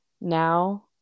now